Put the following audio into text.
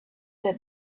that